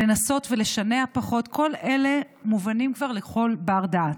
לנסות ולשנע פחות, כל אלה מובנים כבר לכל בר-דעת.